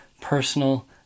personal